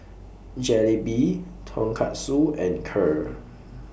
Jalebi Tonkatsu and Kheer